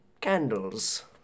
candles